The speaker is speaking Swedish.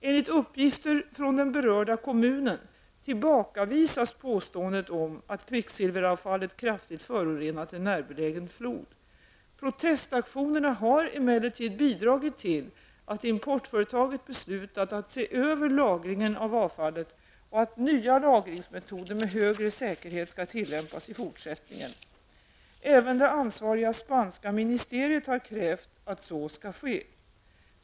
Enligt uppgifter från den berörda kommunen tillbakavisas påståendet om att kvicksilveravfallet kraftigt förorenat en närbelägen flod. Protestaktionerna har emellertid bidragit till att importföretaget beslutat att se över lagringen av avfallet och att nya lagringsmetoder med högre säkerhet skall tillämpas i fortsättningen. Även det ansvariga spanska ministeriet har krävt att så skall ske.